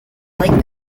liked